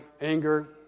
anger